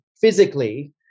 physically